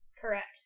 correct